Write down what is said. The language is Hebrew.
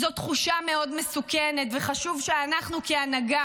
זו תחושה מאוד מסוכנת, וחשוב שאנחנו כהנהגה